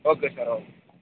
okay sir okay